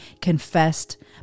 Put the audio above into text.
confessed